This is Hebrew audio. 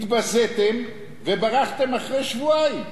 התבזיתם וברחתם אחרי שבועיים.